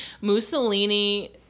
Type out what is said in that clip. Mussolini